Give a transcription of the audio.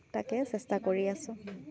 তাকে চেষ্টা কৰি আছো